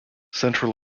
central